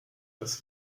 das